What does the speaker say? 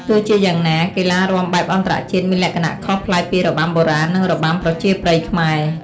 ទោះជាយ៉ាងណា កីឡារាំបែបអន្តរជាតិមានលក្ខណៈខុសប្លែកពីរបាំបុរាណ និងរបាំប្រជាប្រិយខ្មែរ។